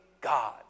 God